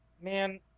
man